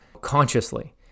consciously